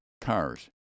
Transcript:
cars